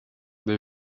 des